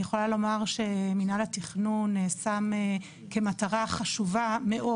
אני יכולה לומר שמנהל התכנון שם כמטרה חשובה מאוד